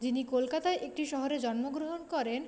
যিনি কলকাতায় একটি শহরে জন্মগ্রহণ করেন